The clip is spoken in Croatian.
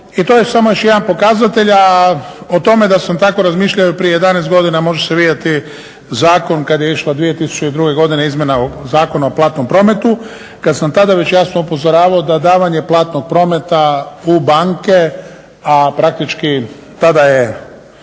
i to je samo još jedan od pokazatelja o tome da sam tako razmišljao i prije 11 godina može se vidjeti zakon kada je išla 2002. godine Izmjena Zakona o platnom prometu, kada sam tada već jasno upozoravao da davanje platnog prometa u banke a praktički tada je